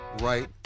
right